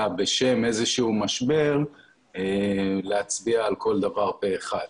בשם איזשהו משבר להצביע על כל דבר פה אחד.